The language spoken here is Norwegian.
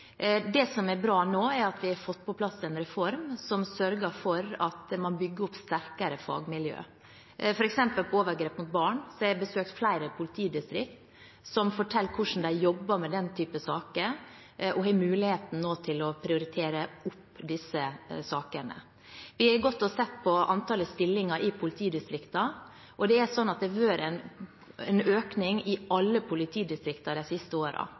vi har fått på plass en reform som sørger for at man bygger opp sterkere fagmiljø, f.eks. når det gjelder overgrep mot barn. Jeg har besøkt flere politidistrikt som forteller hvordan de jobber med den typen saker, og at de nå har muligheten til å prioritere opp disse sakene. Vi har sett på antallet stillinger i politidistriktene, og det har vært en økning i alle politidistriktene de siste årene. Det er få sektorer det har vært satset så hardt på som politiet i de